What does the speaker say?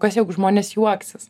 kas jeigu žmonės juoksis